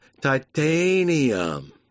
titanium